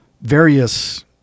various